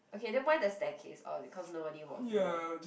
okay then why the staircase oh because nobody walks there